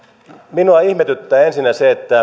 minua ihmetyttää ensinnäkin se